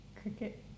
Cricket